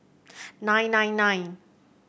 nine nine nine